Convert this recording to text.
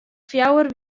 fjouwer